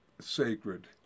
sacred